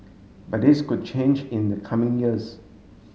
but this could change in the coming years